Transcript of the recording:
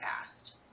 asked